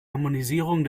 harmonisierung